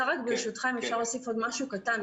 ברשותך, אם אפשר להוסיף עוד משהו קטן.